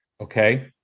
Okay